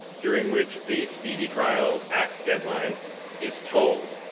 during which the speedy trial act's deadline is tolled.